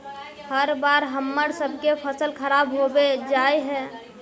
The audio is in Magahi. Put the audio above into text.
हर बार हम्मर सबके फसल खराब होबे जाए है?